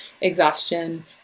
exhaustion